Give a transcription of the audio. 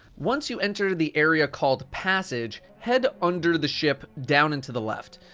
once you enter the area called passage, head under the ship, down and to the left.